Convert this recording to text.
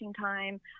time